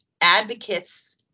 advocates